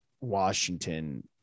Washington